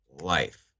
life